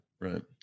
right